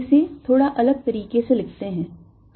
इसे थोड़ा अलग तरीके से लिखते हैं